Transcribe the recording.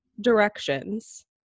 directions